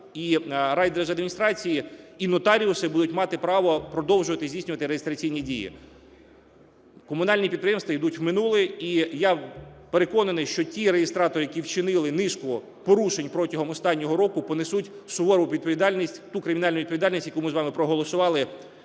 і райдержадміністрації і нотаріуси будуть мати право продовжувати здійснювати реєстраційні дії. Комунальні підприємства ідуть в минуле. І я переконаний, що ті реєстратори, які вчинили низку порушень протягом останнього року, понесуть сувору відповідальність, ту кримінальну відповідальність, яку ми з вами проголосували